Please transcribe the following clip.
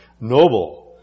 noble